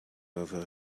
over